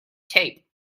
tape